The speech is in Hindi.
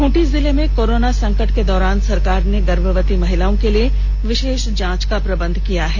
खूंटी जिले में कोरोना संकट के दौरान सरकार ने गर्भवती महिलाओ के लिए विशेष जांच का प्रबंध किया है